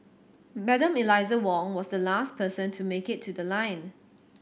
Madam Eliza Wong was the last person to make it to the line